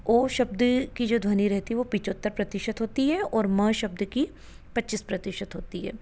ओ शब्द की जो ध्वनि रहती है वो पिचहत्तर प्रतिशत होती है और म शब्द की पचीस प्रतिशत होती है